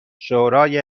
شورای